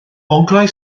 onglau